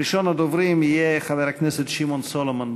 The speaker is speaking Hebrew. ראשון הדוברים יהיה חבר הכנסת שמעון סולומון,